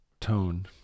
tone